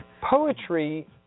Poetry